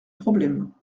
problème